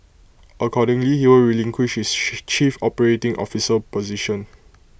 accordingly he will relinquish his chief operating officer position